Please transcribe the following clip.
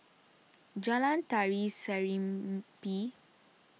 Jalan Tari Serimpi